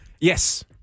Yes